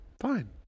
fine